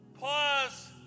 pause